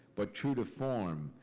but true to form,